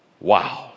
Wow